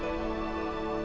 to